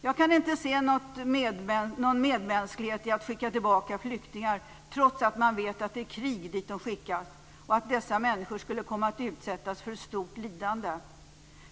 Jag kan inte se någon medmänsklighet i att skicka tillbaka flyktingar trots att man visste att det är ett krig dit de skickas och att dessa människor skulle komma att utsättas för ett stort lidande.